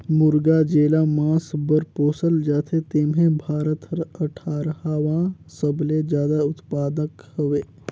मुरगा जेला मांस बर पोसल जाथे तेम्हे भारत हर अठारहवां सबले जादा उत्पादक हवे